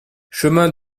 chemin